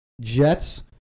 Jets